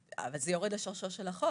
אבל השאלה הזאת יורדת לשורשו של החוק